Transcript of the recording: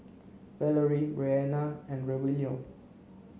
Valorie Bryanna and Rogelio